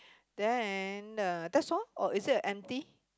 then the that's all or is it a empty